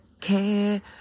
care